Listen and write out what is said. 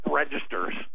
registers